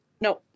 No